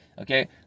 okay